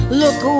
look